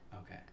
Okay